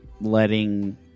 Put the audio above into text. letting